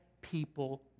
people